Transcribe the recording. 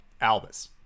Albus